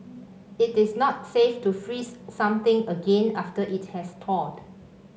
it is not safe to freeze something again after it has thawed